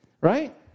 Right